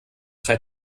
drei